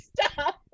stop